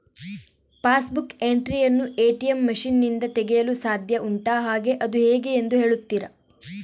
Pass book entry ಯನ್ನು ATM machine ನಿಂದ ತೆಗೆಯಲು ಸಾಧ್ಯ ಉಂಟಾ ಹಾಗೆ ಅದು ಹೇಗೆ ಎಂದು ಹೇಳುತ್ತೀರಾ?